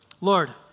Lord